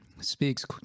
speaks